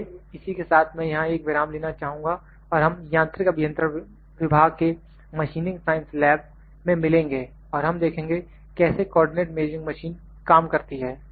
इसलिए इसी के साथ मैं यहां एक विराम लेना चाहूँगा और हम यांत्रिक अभियंत्रण विभाग के मशीनिंग साइंस लैब में मिलेंगे और हम देखेंगे कैसे कोऑर्डिनेट मेजरिंग मशीन काम करती है